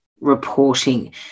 reporting